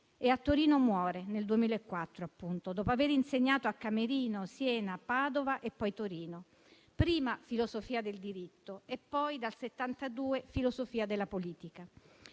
A Torino muore nel 2004, dopo aver insegnato a Camerino, Siena, Padova e poi Torino, prima filosofia del diritto e poi, dal 1972, filosofia della politica.